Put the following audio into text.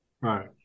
Right